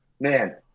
Man